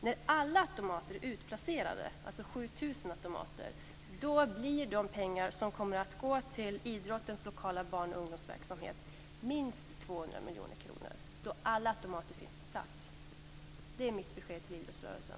När alla 7 000 automater är utplacerade blir de pengar som kommer att gå till idrottens lokala barnoch ungdomsverksamhet minst 200 miljoner kronor. Det är mitt besked till idrottsrörelsen.